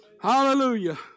Hallelujah